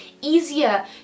easier